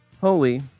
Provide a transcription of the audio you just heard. holy